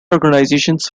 organisations